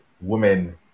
women